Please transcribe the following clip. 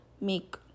make